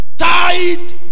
tied